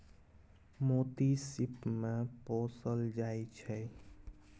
मोती सिप मे पोसल जाइ छै